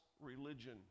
religion